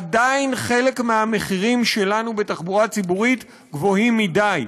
עדיין חלק מהמחירים שלנו בתחבורה ציבורית גבוהים מדי.